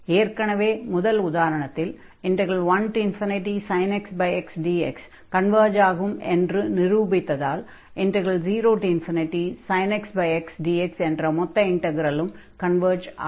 ஏற்கெனவே முதல் உதாரணத்தில் 1sin x xdx கன்வர்ஜ் ஆகும் என்று நிரூபித்ததால் 0sin x xdx என்ற மொத்த இன்டக்ரலும் கன்வர்ஜ் ஆகும்